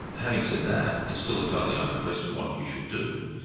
having said that, it's still a totally open question what you should do.